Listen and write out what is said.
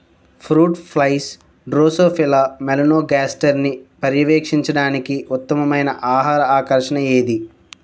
Fruit flies drosophila మెలనోగాస్టర్ని పర్యవేక్షించడానికి ఉత్తమమైన ఆహార ఆకర్షణ ఏది?